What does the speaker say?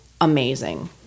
amazing